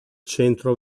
centro